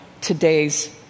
today's